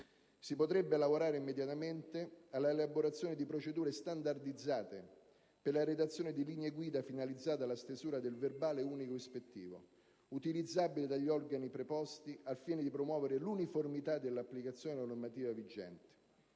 Si potrebbe lavorare immediatamente alla elaborazione di procedure standardizzate per la redazione di linee guida finalizzate alla stesura del verbale unico ispettivo, utilizzabile dagli organi preposti al fine di promuovere l'uniformità dell'applicazione della normativa vigente.